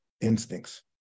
instincts